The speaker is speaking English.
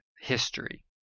history